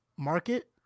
market